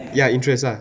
ya interests ah